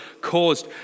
caused